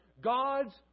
gods